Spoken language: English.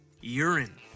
urine